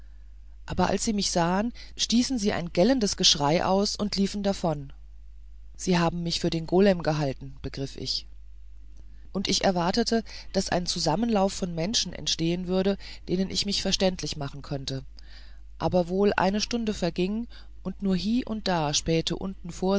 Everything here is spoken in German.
aber als sie mich sahen stießen sie ein gellendes geschrei aus und liefen davon sie haben mich für den golem gehalten begriff ich und ich erwartete daß ein zusammenlauf von menschen entstehen würde denen ich mich verständlich machen könnte aber wohl eine stunde verging und nur hie und da spähte unten